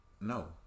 No